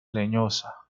leñosa